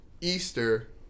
Easter –